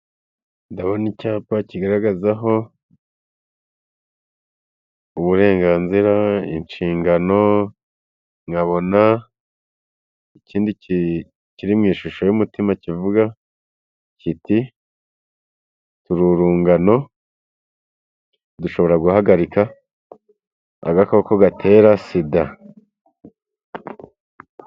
Ndabona icyapa kigaragazaho uburenganzira, inshingano, nkabona ikindi kiri mu ishusho y'umutima kivuga kiti “tururungano dushobora guhagarika agakoko gatera sida”.